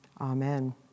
Amen